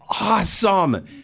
awesome